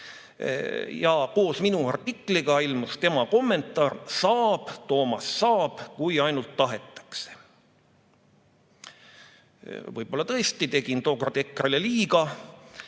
Ja koos minu artikliga ilmus tema kommentaar: saab, Toomas, saab, kui ainult tahetakse. Võib-olla tõesti tegin tookord EKRE-le liiga,